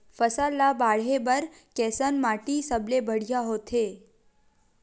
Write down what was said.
फसल ला बाढ़े बर कैसन माटी सबले बढ़िया होथे?